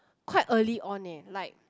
quite early on eh like